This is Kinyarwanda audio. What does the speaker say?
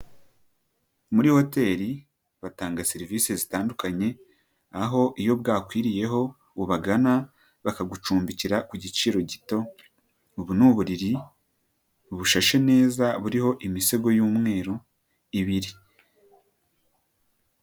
Muri hoteri batanga serivisi zitandukanye aho iyo bwakwiriyeho ubagana bakagucumbikira ku giciro gito, ubu ni uburiri bushashe neza buriho imisego y'umweru ibiri.